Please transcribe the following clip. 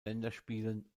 länderspielen